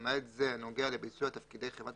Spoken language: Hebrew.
למעט זה הנוגע לביצוע תפקידי חברת